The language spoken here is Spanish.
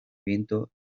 viento